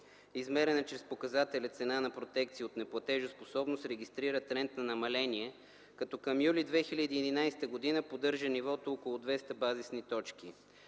измерена чрез показателя цена на протекции от неплатежоспособност, регистрира рентно намаление, като към месец юли 2011 г. поддържа нивото около 200 базисни точки.